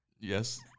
Yes